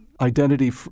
identity